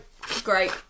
great